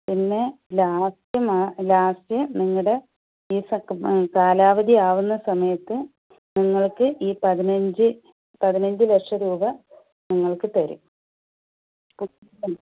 പിന്നെ last last നിങ്ങളുടെ ഫീസൊക്കെ കാലാവധി ആവുന്ന സമയത്ത് നിങ്ങൾക്ക് ഈ പതിനഞ്ച് പതിനഞ്ച് ലക്ഷം രൂപ നിങ്ങൾക്ക് തരും